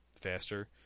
faster